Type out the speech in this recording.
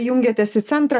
jungiatės į centrą